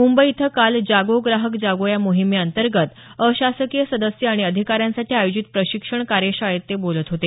मुंबई इथं काल जागो ग्राहक जागो या मोहिमेंतर्गत अशासकीय सदस्य आणि अधिकाऱ्यांसाठी आयोजित प्रशिक्षण कार्यशाळेत ते बोलत होते